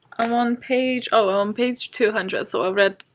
i'm on page um page two hundred. so, i've read,